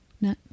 No